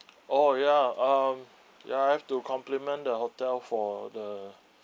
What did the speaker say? oh ya um ya I have to compliment the hotel for the